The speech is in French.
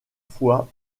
fois